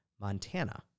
Montana